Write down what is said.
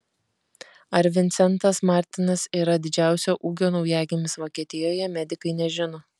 ar vincentas martinas yra didžiausio ūgio naujagimis vokietijoje medikai nežino